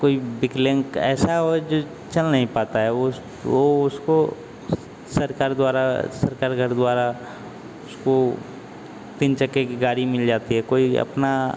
कोई विकलांग ऐसा है जो चल नहीं पाता है वो वो उसको सरकार द्वारा सरकार घर द्वारा तीन चक्के की गाड़ी मिल जाती है कोई अपना